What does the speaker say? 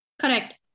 Correct